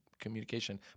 communication